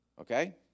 Okay